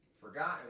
forgotten